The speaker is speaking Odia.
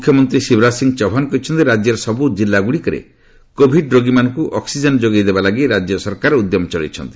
ମୁଖ୍ୟମନ୍ତ୍ରୀ ଶିବରାଜ ସିଂହ ଚୌହାନ କହିଛନ୍ତି ରାଜ୍ୟର ସବୁ କିଲ୍ଲାଗୁଡ଼ିକରେ କୋଭିଡ୍ ରୋଗୀମାନଙ୍କୁ ଅକ୍ଟିଜେନ୍ ଯୋଗାଇ ଦେବାଲାଗି ରାଜ୍ୟ ସରକାର ଉଦ୍ୟମ ଚଳାଇଛନ୍ତି